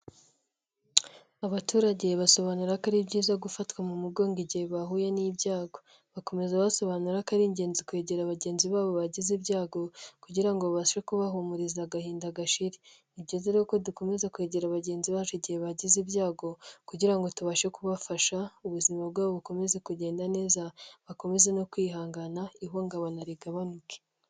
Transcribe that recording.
Abaturage basobanura ko ari byiza gufatwa mu mugongo igihe bahuye n'ibyago. Bakomeza basobanura ko ari ingenzi kwegera bagenzi babo bagize ibyago, kugira ngo babashe kubahumuriza agahinda gashire. Ni byiza rero ko dukomeza kwegera bagenzi bacu igihe bagize ibyago, kugira ngo tubashe kubafasha ubuzima bwabo bukomeze kugenda neza, bakomeze no kwihangana ihungabana rigabanuke.